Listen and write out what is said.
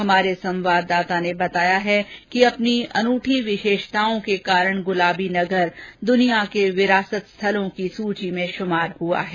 हमारे संवाददाता ने बताया है कि अपनी अनूठी विषेषताओं के कारण गुलाबी नगर दुनिया के विरासत स्थलों की सूची में श्रमार हआ है